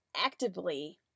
actively